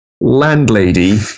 landlady